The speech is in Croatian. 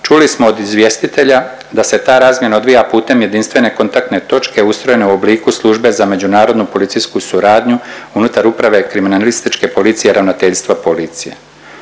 čuli smo od izvjestitelja da se ta razmjena odvija putem jedinstvene kontaktne točke ustrojene u obliku Službe za međunarodnu policijsku suradnju unutar Uprave kriminalističke policije i Ravnateljstva policije.